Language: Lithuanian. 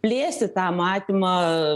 plėsti tą matymą